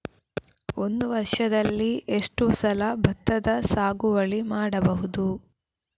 ಒಂದು ವರ್ಷದಲ್ಲಿ ಎಷ್ಟು ಸಲ ಭತ್ತದ ಸಾಗುವಳಿ ಮಾಡಬಹುದು?